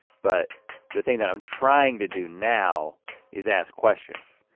but the thing that i'm trying to do now is ask questions,